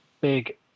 big